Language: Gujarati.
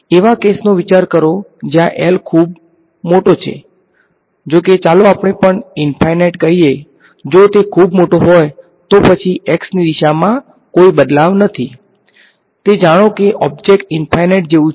એવા કેસનો વિચાર કરો જ્યાં L ખૂબ મોટો છે જો કે ચાલો આપણે પણ ઈંફાઈનાઈટ કહીએ જો તે ખૂબ મોટો હોય તો પછી x ની દિશામાં કોઈ બદલાવ નથી તે જાણે કે ઓબ્જેક્ટ ઈંફાઈનાઈટ જેવું છે